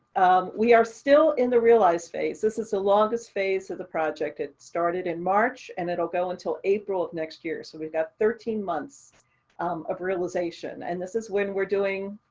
we are still in the realize phase. this is the longest phase of the project it started in march, and it'll go until april of next year. so we've got thirteen months of realization, and this is when we're doing,